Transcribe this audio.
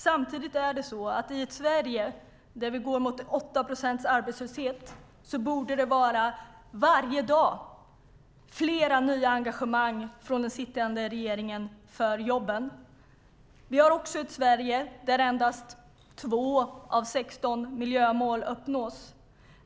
Samtidigt borde den sittande regeringen i ett Sverige där vi går mot 8 procents arbetslöshet komma med flera nya engagemang för jobben varje dag. Vi har också ett Sverige där endast 2 av 16 miljömål uppnås.